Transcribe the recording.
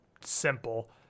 simple